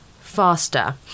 faster